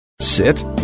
Sit